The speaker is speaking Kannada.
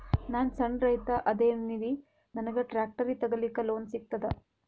ನಾನ್ ಸಣ್ ರೈತ ಅದೇನೀರಿ ನನಗ ಟ್ಟ್ರ್ಯಾಕ್ಟರಿ ತಗಲಿಕ ಲೋನ್ ಸಿಗತದ?